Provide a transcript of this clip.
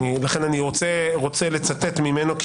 ולכן אני רוצה לצטט ממנו.